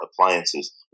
appliances